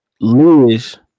Lewis